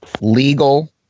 legal